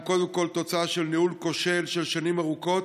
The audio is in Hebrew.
אלא קודם כול תוצאה של ניהול כושל של שנים ארוכות,